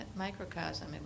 Microcosm